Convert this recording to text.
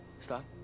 stop